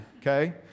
okay